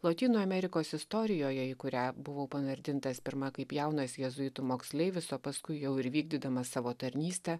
lotynų amerikos istorijoje į kurią buvau panardintas pirma kaip jaunas jėzuitų moksleivis o paskui jau ir vykdydamas savo tarnystę